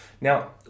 Now